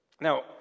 Now